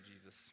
Jesus